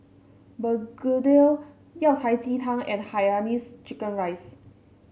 begedil Yao Cai Ji Tang and Hainanese Chicken Rice